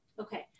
Okay